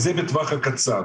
זה בטווח הקצר.